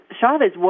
Chavez